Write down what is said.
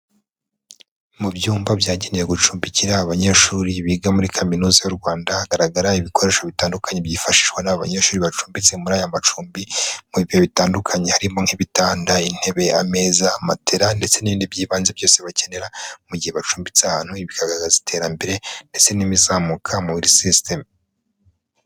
Mu byumba byagenewe gucumbikira abanyeshuri biga muri kaminuza y'u Rwanda, hagaragara ibikoresho bitandukanye byifashishwa n'abanyeshuri bacumbitse muri aya macumbi, ni ibintu bitandukanye harimo nk'ibitanda, intebe, ameza, matera, ndetse n'ibindi by'ibanze byose bakenera mu gihe bacumbitse aha hantu, ibi bikagaragaza iterambere, ndetse n'ibizamuka muri system.